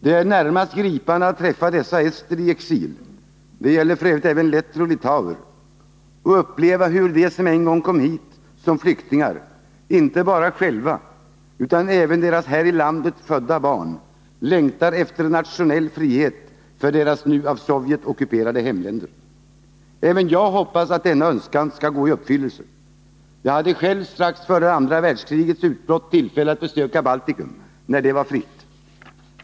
Det är närmast gripande att träffa dessa ester i exil — det gäller f. ö. även letter och litauer — och uppleva att inte bara de som en gång kom hit som flyktingar utan även deras här i landet födda barn längtar efter nationell frihet för de nu av Sovjet ockuperade hemländerna. Även jag hoppas att denna deras önskan skall gå i uppfyllelse. Jag hade själv strax före andra världskrigets utbrott tillfälle att besöka Baltikum, när det var fritt.